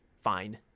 fine